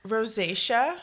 Rosacea